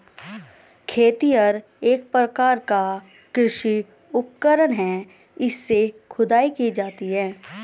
खेतिहर एक प्रकार का कृषि उपकरण है इससे खुदाई की जाती है